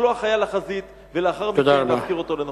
של לשלוח חייל לחזית ולאחר מכן להפקיר אותו לנפשו.